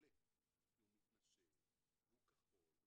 חולה כי הוא מתנשם והוא כחול,